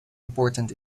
important